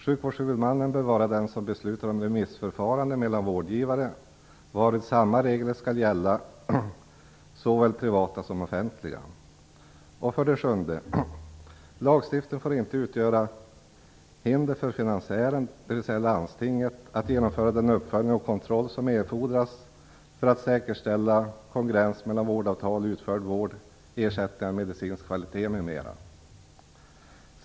Sjukvårdshuvudmannen bör vara den som beslutar om remissförfarande mellan vårdgivare, varvid samma regler skall gälla såväl privata som offentliga vårdgivare. 7. Lagstiftning får inte utgöra hinder för finansiären, dvs. landstinget, att genomföra den uppföljning och kontroll som erfordras för att säkerställa kongruens mellan vårdavtal/utförd vård, ersättningar, medicinsk kvalitet m.m.